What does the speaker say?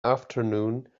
afternoon